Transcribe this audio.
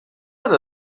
not